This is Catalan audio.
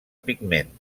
pigment